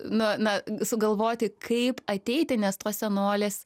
na na sugalvoti kaip ateiti nes tos senolės